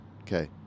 Okay